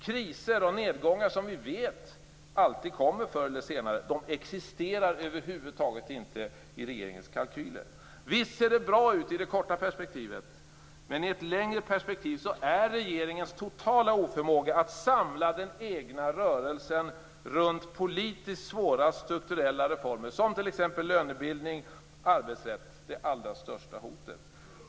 Kriser och nedgångar som vi vet alltid kommer förr eller senare existerar över huvud taget inte i regeringens kalkyler. Visst ser det bra ut i det korta perspektivet. Men i ett längre perspektiv är regeringens totala oförmåga att samla den egna rörelsen runt politiskt svåra strukturella reformer, såsom t.ex. lönebildning och arbetsrätt, det allra största hotet.